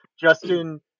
Justin